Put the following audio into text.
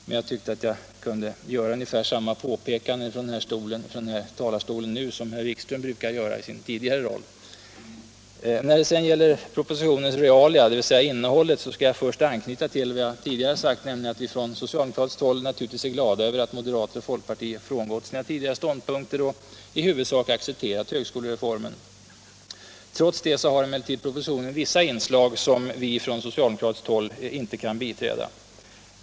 Men jag tyckte alltså att jag kunde göra ungefär samma påpekande nu från den här talarstolen som herr Wikström brukade göra i sin tidigare roll. När det sedan gäller propositionens realia, dvs. innehållet, skall jag först anknyta till vad jag tidigare sagt, nämligen att vi från socialdemokratiskt håll naturligtvis är glada över att moderater och folkparti frångått sina tidigare ståndpunkter och i huvudsak accepterat högskolereformen. Trots detta har emellertid propositionen vissa inslag som vi från socialdemokratiskt håll inte kan biträda.